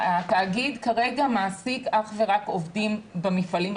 התאגיד כרגע מעסיק אך ורק עובדים במפעלים,